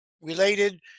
related